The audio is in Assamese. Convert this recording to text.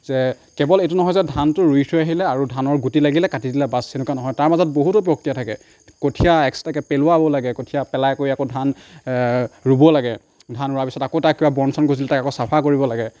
যে কেৱল এইটো নহয় যে ধানটো ৰুই থৈ আহিলে আৰু ধানৰ গুটি লাগিলে কাটি দিলে বাচ সেনেকুৱা নহয় তাৰ মাজত বহুতো প্ৰক্ৰিয়া থাকে কঠিয়া এক্সট্ৰাকে পেলোৱাব লাগে কঠিয়া পেলাই কৰি আকৌ ধান ৰুব লাগে ধান ৰোৱাৰ পিছত আকৌ তাত কিবা বন চন গজিলে তাক আকৌ চাফা কৰিব লাগে